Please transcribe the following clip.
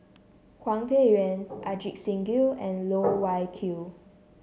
Hwang Peng Yuan Ajit Singh Gill and Loh Wai Kiew